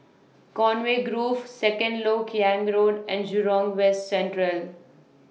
Conway Grove Second Lok Yang Road and Jurong West Central